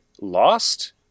lost